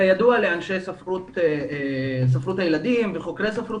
כידוע לאנשי ספרות הילדים וחוקרי ספרות